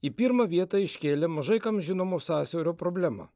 į pirmą vietą iškėlė mažai kam žinomo sąsiaurio problemą